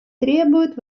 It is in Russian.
требует